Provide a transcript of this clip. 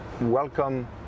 Welcome